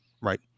Right